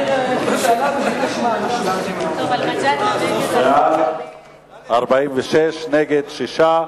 46 בעד, נגד, 6,